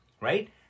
right